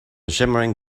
shimmering